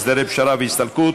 הסדרי פשרה והסתלקות),